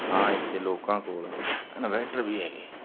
ਹਾਂ ਇੱਥੇ ਲੋਕਾਂ ਕੋਲ ਇਨਵੈਟਰ ਵੀ ਹੈਗੇ